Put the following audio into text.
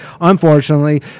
unfortunately